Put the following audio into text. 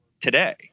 today